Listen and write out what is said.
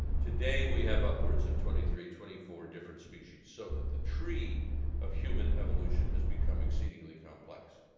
today we have upwards of twenty three, twenty four different species. so that the tree of human evolution has become exceedingly complex.